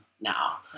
now